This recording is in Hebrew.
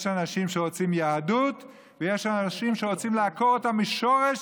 יש אנשים שרוצים יהדות ויש אנשים שרוצים לעקור אותה משורש